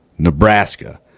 Nebraska